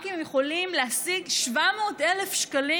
רק אם הם יכולים להשיג 700,000 שקלים